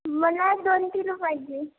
मला दोन किलो पाहिजे